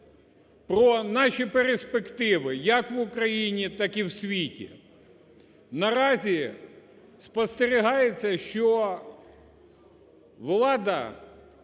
про наші перспективи як в Україні, так і в світі. Наразі спостерігається, що влада